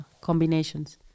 combinations